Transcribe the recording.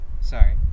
sorry